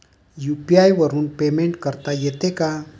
UPI वरून payment करता येते का?